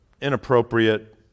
inappropriate